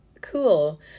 Cool